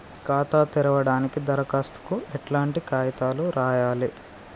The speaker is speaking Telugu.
ఖాతా తెరవడానికి దరఖాస్తుకు ఎట్లాంటి కాయితాలు రాయాలే?